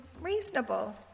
reasonable